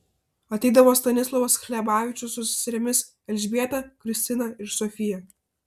ateidavo stanislovas hlebavičius su seserimis elžbieta kristina ir sofija